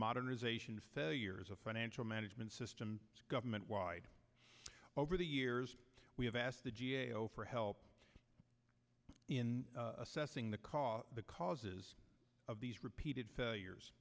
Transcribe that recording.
modernization failures of financial management system government wide over the years we have asked the g a o for help in assessing the cause the causes of these repeated failures